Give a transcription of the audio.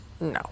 No